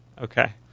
Okay